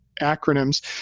acronyms